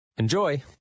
enjoy